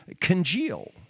congeal